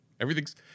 Everything's